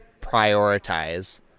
prioritize